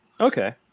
Okay